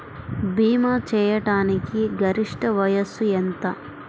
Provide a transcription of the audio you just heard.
భీమా చేయాటానికి గరిష్ట వయస్సు ఎంత?